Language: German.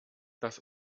das